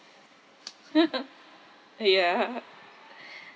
oh ya